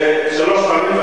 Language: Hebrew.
שלוש פעמים,